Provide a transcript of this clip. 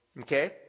Okay